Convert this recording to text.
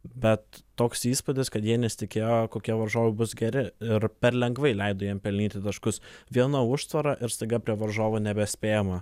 bet toks įspūdis kad jie nesitikėjo kokie varžovai bus geri ir per lengvai leido jiem pelnyti taškus viena užtvara ir staiga prie varžovų nebespėjama